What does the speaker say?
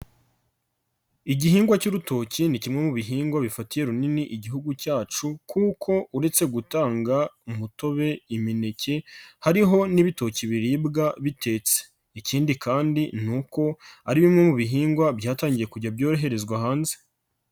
Igihingwa cy'urutoki ni kimwe mu bihingwa bifatiye runini igihugu cyacu kuko uretse gutanga umutobe, imineke, hariho n'ibitoki biribwa bitetse. Ikindi kandi ni uko ari bimwe mu bihingwa byatangiye kujya byoherezwa hanze.